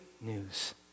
news